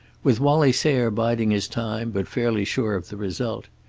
with wallie sayre biding his time, but fairly sure of the result.